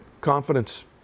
confidence